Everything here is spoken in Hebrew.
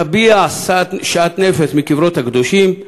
תביע שאט נפש מקברות הקדושים,